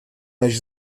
než